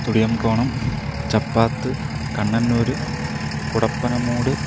Thudiyamkonam Chappath Kannanoor Kudappanamoodu